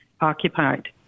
occupied